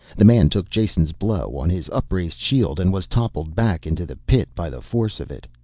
the man took jason's blow on his upraised shield and was toppled back into the pit by the force of it.